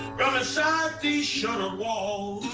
from a side dish on a wall